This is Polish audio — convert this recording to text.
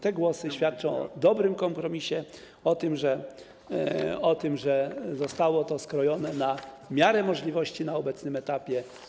Te głosy świadczą o dobrym kompromisie, o tym, że zostało to skrojone na miarę możliwości na obecnym etapie.